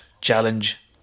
challenge